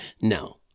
no